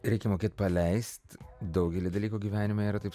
reikia mokėt paleist daugelį dalykų gyvenime yra taip